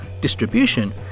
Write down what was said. distribution